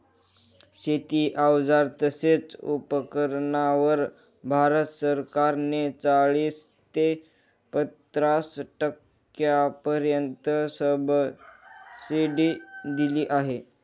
शेती अवजार तसेच उपकरणांवर भारत सरकार ने चाळीस ते पन्नास टक्क्यांपर्यंत सबसिडी दिली आहे